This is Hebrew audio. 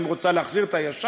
האם היא רוצה להחזיר את הישן?